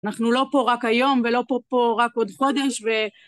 אנחנו לא פה רק היום ולא פה רק עוד חודש ו...